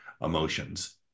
emotions